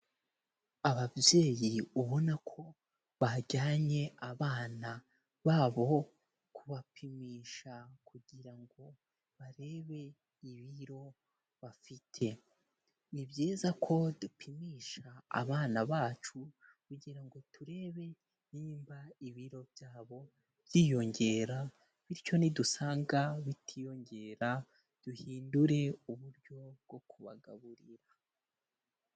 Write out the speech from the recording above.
Ababyeyi ubona ko bajyanye abana babo kubapimisha kugira ngo barebe ibiro bafite. Ni byiza ko dupimisha abana bacu kugira ngo turebe nimba ibiro byabo byiyongera, bityo nidusanga bitiyongera duhindure uburyo bwo kubagaburira.